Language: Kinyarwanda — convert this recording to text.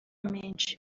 menshi